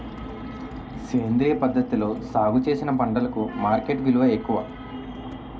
సేంద్రియ పద్ధతిలో సాగు చేసిన పంటలకు మార్కెట్ విలువ ఎక్కువ